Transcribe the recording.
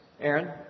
Aaron